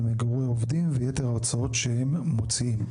מגורי עובדים ויתר ההוצאות שהם מוציאים.